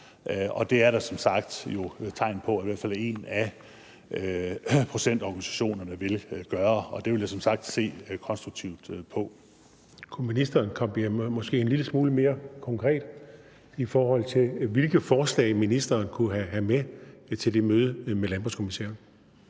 og det er der som sagt tegn på at i hvert fald en af producentorganisationerne vil gøre. Det vil jeg som sagt se konstruktivt på. Kl. 13:58 Lars Christian Lilleholt (V): Kunne ministeren blive måske en lille smule mere konkret, i forhold til hvilke forslag ministeren kunne have med til det møde med landbrugskommissæren?